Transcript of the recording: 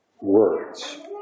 words